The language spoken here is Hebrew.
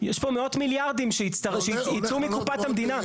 --- יש פה מאות מיליארדים שייצאו מקופת המדינה.